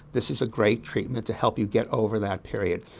this is a great treatment to help you get over that period.